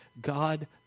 God